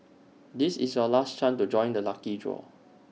this is your last chance to join the lucky draw